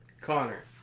Connor